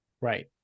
Right